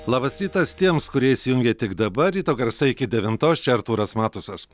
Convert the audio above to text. labas rytas tiems kurie įsijungia tik dabar ryto garsai iki devintos čia artūras matusas